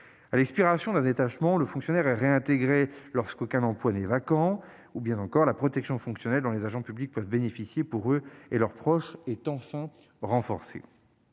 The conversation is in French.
À l'expiration d'un détachement, le fonctionnaire est réintégré lorsqu'aucun emploi n'est vacant. La protection fonctionnelle dont les agents publics peuvent bénéficier pour eux et leurs proches est enfin renforcée.